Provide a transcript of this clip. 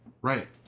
Right